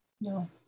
no